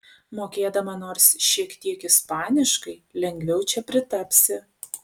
mokėdama nors šiek tiek ispaniškai lengviau čia pritapsi